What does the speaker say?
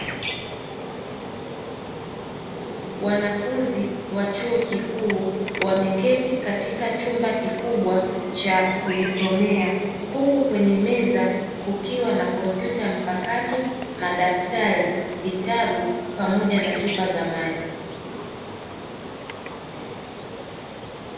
Wanafunzi wa chuo kikuu wameketi katika chumba kikubwa cha kujisomea. Huku kwenye meza kukiwa na kompyuta mpakato, madaftari, vitabu pamoja na chupa za maji.